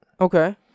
Okay